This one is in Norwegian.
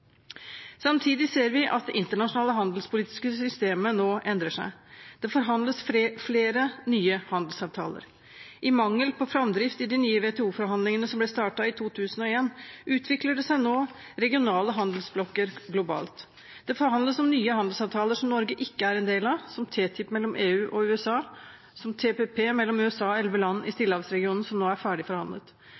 Samtidig ser vi at det internasjonale handelspolitiske systemet nå endrer seg. Det forhandles fram flere nye handelsavtaler. I mangel på framdrift i de nye WTO-forhandlingene som ble startet i 2001, utvikler det seg nå regionale handelsblokker globalt. Det forhandles om nye handelsavtaler som Norge ikke er en del av, som TTIP mellom EU og USA og TPP mellom USA og elleve land i stillehavsregionen, som nå er